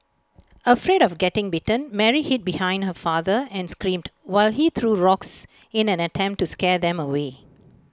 afraid of getting bitten Mary hid behind her father and screamed while he threw rocks in an attempt to scare them away